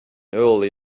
early